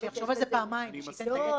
שיחשוב על זה פעמיים ושייתן את הגט לפני.